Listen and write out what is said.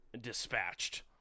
Dispatched